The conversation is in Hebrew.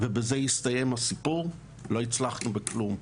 ובזה יסתיים הסיפור, לא הצלחנו בכלום.